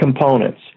components